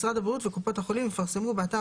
משרד הבריאות וקופות החולים יפרסמו באתר